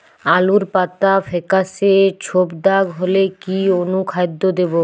আলুর পাতা ফেকাসে ছোপদাগ হলে কি অনুখাদ্য দেবো?